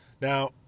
Now